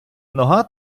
нога